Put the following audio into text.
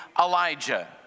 Elijah